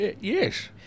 Yes